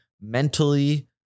mentally